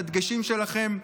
את הדגשים שלכם.